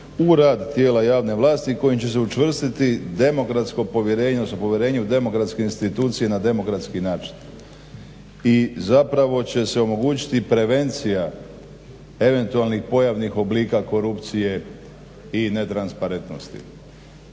u rad tijela javne vlasti i kojim će se učvrstiti demokratsko povjerenje odnosno povjerenje u demokratske institucije na demokratski način i zapravo će se omogućiti prevencija eventualnih pojavnih oblika korupcije i netransparentnosti.